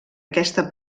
aquesta